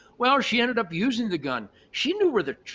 well, she ended up using the gun. she knew where the,